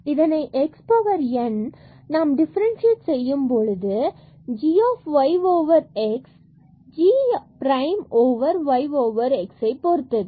எனவே இதனை x power n நாம் டிஃபரண்டியசியேட் செய்யும் பொழுது g of y over x which is g prime y over x பொருத்தது